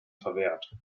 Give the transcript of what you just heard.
verwehrt